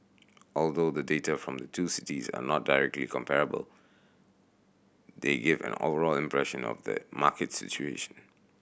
although the data from the two cities are not directly comparable they give an overall impression of the market situation